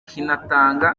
kinatanga